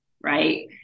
right